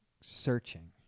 searching